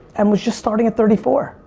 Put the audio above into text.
and was just starting at thirty four!